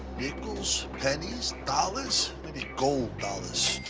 nickels, pennies, dollars, maybe gold dollars.